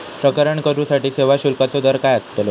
प्रकरण करूसाठी सेवा शुल्काचो दर काय अस्तलो?